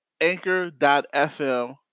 anchor.fm